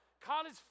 college